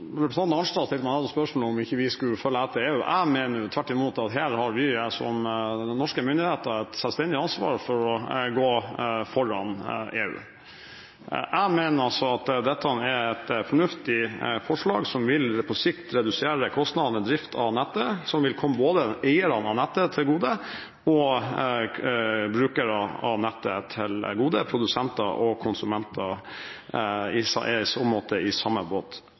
Representanten Arnstad stilte meg spørsmål om vi ikke skulle følge etter EU, jeg mener tvert imot at her har vi som norske myndigheter et selvstendig ansvar for å gå foran EU. Jeg mener at dette er et fornuftig forslag som på sikt vil redusere kostnadene til drift av nettet, som vil komme både eierne og brukere av nettet til gode – produsenter og konsumenter er i så måte i samme båt.